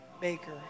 baker